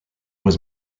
was